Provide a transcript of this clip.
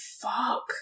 fuck